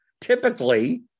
typically